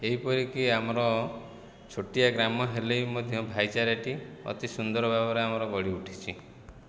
ଏହିପରି କି ଆମର ଛୋଟିଆ ଗ୍ରାମ ହେଲେ ବି ମଧ୍ୟ ଭାଇଚାରାଟି ଅତି ସୁନ୍ଦର ଭାବରେ ଆମର ଗଢ଼ି ଉଠିଛି